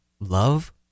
love